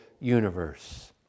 universe